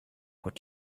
what